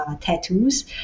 tattoos